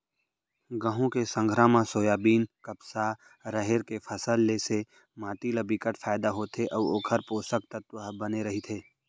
गहूँ के संघरा म सोयाबीन, कपसा, राहेर के फसल ले से माटी ल बिकट फायदा होथे अउ ओखर पोसक तत्व ह बने रहिथे